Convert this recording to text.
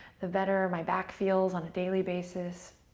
the better my back feels on a daily basis.